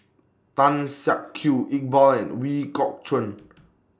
Tan Siak Kew Iqbal and Ooi Kok Chuen